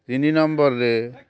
ତିନି ନମ୍ବର୍ରେ